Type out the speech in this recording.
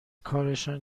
کارشان